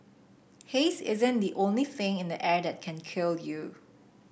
haze isn't the only thing in the air that can kill you